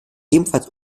ebenfalls